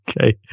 Okay